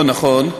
חבר הכנסת סעדי,